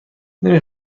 نمی